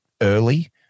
early